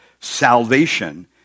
salvation